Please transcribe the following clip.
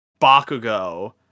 Bakugo